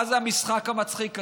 מה זה המשחק המצחיק הזה?